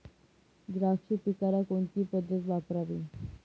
द्राक्ष पिकाला कोणती पद्धत वापरावी?